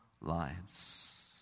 lives